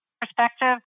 perspective